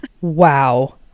Wow